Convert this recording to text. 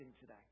today